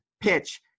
PITCH